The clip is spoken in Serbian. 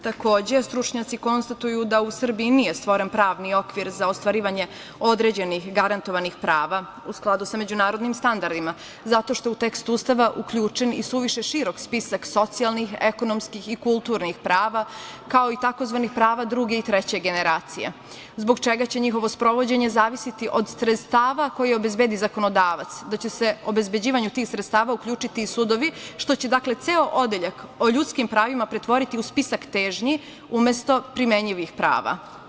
Takođe, stručnjaci konstatuju da u Srbiji nije stvoren pravni okvir za ostvarivanje određenih garantovanih prava u skladu sa međunarodnim standardima zato što je u tekst Ustava uključen i suviše širok spisak socijalnih, ekonomskih i kulturnih prava, kao i tzv. prava druge i treće generacije, a zbog čega će njihovo sprovođenje zavisiti od sredstava koje obezbedi zakonodavac, da će se u obezbeđivanju tih sredstava uključiti i sudovi što će, dakle, ceo odeljak o ljudskim pravima pretvoriti u spisak težnji umesto primenjivih prava.